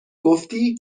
گفتی